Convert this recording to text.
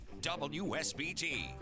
WSBT